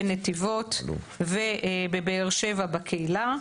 בנתיבות ובבאר שבע בקהילה.